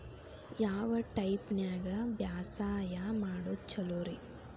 ಯಾವ ಟೈಪ್ ನ್ಯಾಗ ಬ್ಯಾಸಾಯಾ ಮಾಡೊದ್ ಛಲೋರಿ?